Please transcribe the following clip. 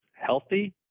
healthy